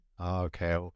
okay